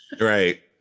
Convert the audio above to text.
right